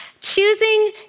Choosing